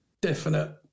definite